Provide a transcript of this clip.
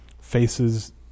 faces